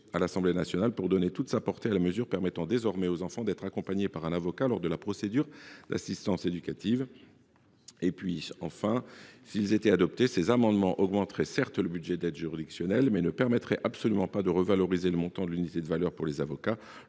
à l’Assemblée nationale pour donner toute sa portée à la mesure. Elle permet désormais aux enfants d’être accompagnés par un avocat lors de la procédure d’assistance éducative. Enfin, s’ils étaient adoptés, ces amendements augmenteraient le budget de l’aide juridictionnelle, mais ils ne permettraient absolument pas de revaloriser le montant de l’unité de valeur pour les avocats.